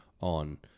on